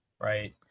right